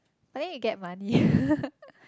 I think you get money